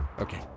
Okay